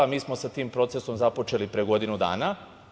Mi smo sa tim procesom započeli pre godinu dana.